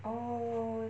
oh